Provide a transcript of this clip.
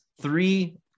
three